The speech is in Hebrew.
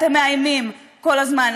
אתם מאיימים כל הזמן,